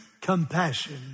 compassion